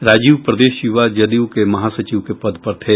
राजीव प्रदेश युवा जदयू में महासचिव के पद पर थे